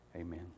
amen